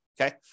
Okay